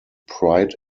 pride